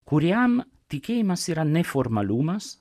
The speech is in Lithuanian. kuriam tikėjimas yra ne formalumas